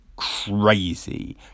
Crazy